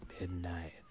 midnight